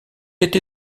été